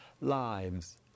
lives